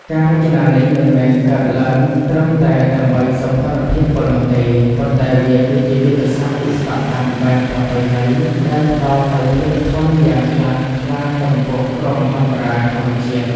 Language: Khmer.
ការរចនានេះមិនមែនកើតឡើងត្រឹមតែដើម្បីសោភ័ណភាពប៉ុណ្ណោះទេ ប៉ុន្តែវាគឺជាយុទ្ធសាស្ត្រវិស្វកម្មបែបប្រពៃណីដែលផ្តល់នូវភាពធន់យ៉ាងខ្លាំងក្លាចំពោះគ្រោះមហន្តរាយធម្មជាតិ។